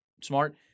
smart